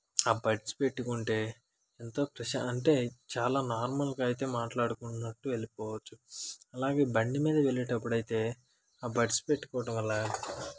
ఆ బడ్స్ పెట్టుకుంటే ఎంతో ప్రశాంతం అంటే చాలా నార్మల్గా అయితే మాట్లాడుకున్నట్టు వెళ్ళిపోవొచ్చు అలాగే బండిమీద వెళ్ళేటప్పుడు అయితే ఆ బడ్స్ పెట్టుకోవటం వల్ల